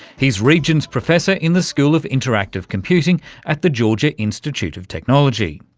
he's regent's professor in the school of interactive computing at the georgia institute of technology.